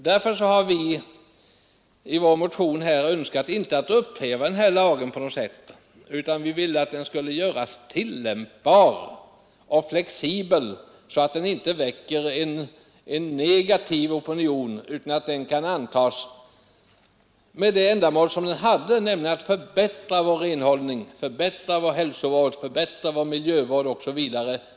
Vi har i vår motion inte önskat upphäva den här lagen på något sätt; vi ville att den skulle göras tillämpbar och flexibel så att den inte väcker en negativ opinion utan att den kan tillämpas med det mål som den hade, nämligen att förbättra vår renhållning, vår hälsovård, vår miljövård osv.